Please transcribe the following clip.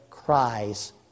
Cries